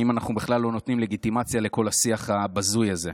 האם אנחנו בכלל נותנים לגיטימציה לכל השיח הבזוי הזה?